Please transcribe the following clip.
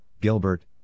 Gilbert